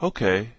Okay